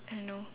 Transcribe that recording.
I don't know